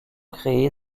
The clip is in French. créés